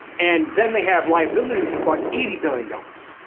and then they have liabilities of but eighty billion dollars.